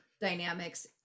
dynamics